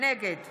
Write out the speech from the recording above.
נגד